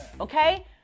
okay